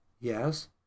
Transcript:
Yes